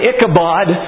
Ichabod